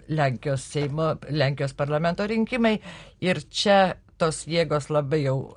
lenkijos seimo lenkijos parlamento rinkimai ir čia tos jėgos labai jau